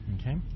Okay